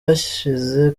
hashize